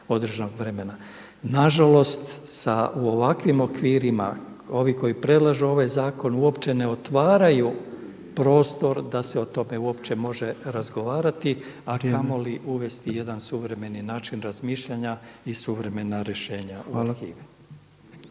Nažalost sa, u ovakvim okvirima ovih koji predlažu ovaj zakon uopće ne otvaraju prostor da se o tome uopće može razgovarati a kamoli uvesti jedan suvremeni način razmišljanja i suvremena rješenja u